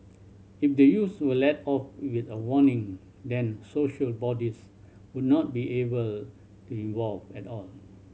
if the youths were let off with a warning then social bodies would not be involved at all